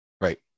Right